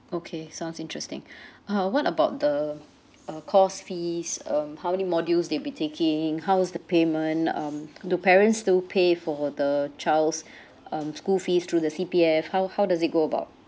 okay sounds interesting uh what about the uh course fees um how many modules they'll be taking how is the payment um do parents still pay for the child's um school fees through the C_P_F how how does it go about